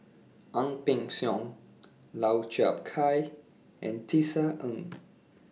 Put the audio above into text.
Ang Peng Siong Lau Chiap Khai and Tisa Ng